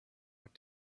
what